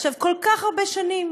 עכשיו, כל כך הרבה שנים